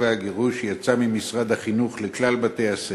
והגירוש יצא ממשרד החינוך לכלל בתי-הספר.